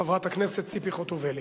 חברת הכנסת ציפי חוטובלי.